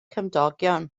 cymdogion